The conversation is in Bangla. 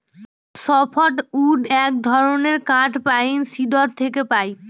সফ্ট উড এক ধরনের কাঠ পাইন, সিডর থেকে পাই